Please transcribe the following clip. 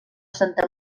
santa